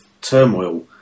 turmoil